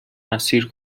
اسیر